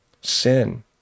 sin